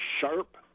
sharp